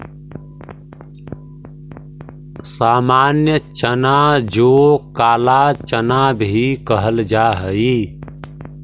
सामान्य चना जो काला चना भी कहल जा हई